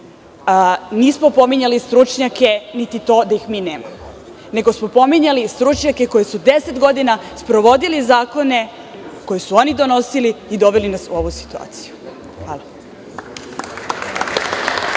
Nismo pominjali stručnjake niti to da ih mi nemamo, nego smo spominjali stručnjake koji su deset godina sprovodili zakone koje su oni donosili i doveli nas u ovu situaciju. Hvala.